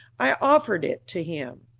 i offered it to him.